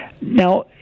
Now